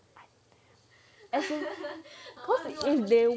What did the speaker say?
as in cause